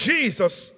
Jesus